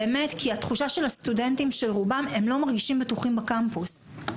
כי התחושה של הסטודנטים היא שהם לא מרגישים בטוחים בקמפוס.